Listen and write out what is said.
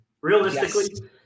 Realistically